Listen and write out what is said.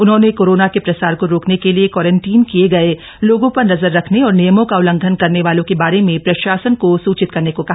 उन्होंने कोरोना के प्रसार को रोकने के लिए क्वारंटीन किये गए लोगों पर नजर रखने और नियमों का उल्लंघन करने वालों के बारे में प्रशासन को सूचित करने को कहा